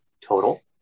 total